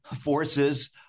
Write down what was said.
forces